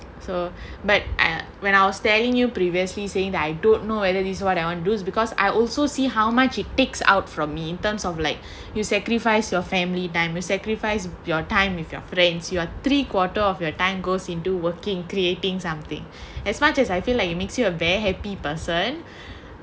so but when I was telling you previously saying that I don't know whether this is what I want to do because I also see how much it takes out from me in terms of like you sacrifice your family dime a sacrifice your time with your friends your three quarter of your time goes into working creating something as much as I feel like it makes me a very happy person